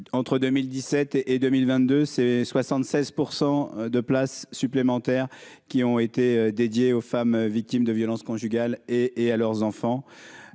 entre 2017 et 2022 c'est 76 % de places supplémentaires qui ont été dédiée aux femmes victimes de violences conjugales et et à leurs enfants,